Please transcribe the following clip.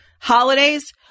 holidays